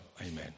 Amen